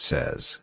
Says